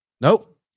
Nope